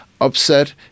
Upset